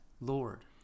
Lord